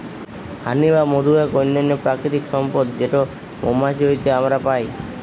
হানি বা মধু এক অনন্য প্রাকৃতিক সম্পদ যেটো মৌমাছি হইতে আমরা পাই